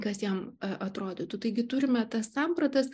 kas jam atrodytų taigi turime tas sampratas